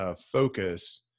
focus